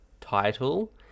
Title